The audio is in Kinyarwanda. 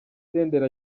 senderi